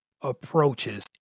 approaches